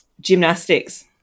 gymnastics